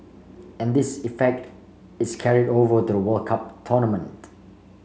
and this effect is carried over to the World Cup tournament